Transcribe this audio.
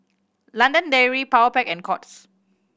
London Dairy Powerpac and Courts